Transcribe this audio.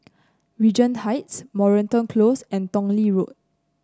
Regent Heights Moreton Close and Tong Lee Road